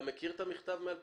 אתה מכיר את המכתב מ-2005?